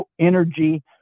energy